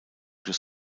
durch